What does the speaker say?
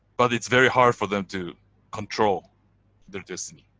but it's very hard for them to control their destiny